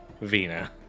Vina